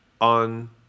on